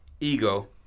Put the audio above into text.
ego